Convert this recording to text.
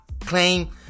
claim